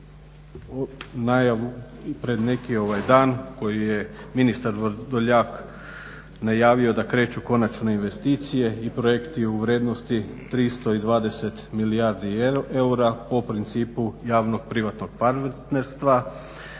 na najavu pred neki dan koji je ministar Vrdoljak najavio da kreću konačne investicije i projekti u vrijednosti 320 milijardi eura po principu javnog privatnog partnerstva